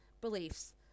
beliefs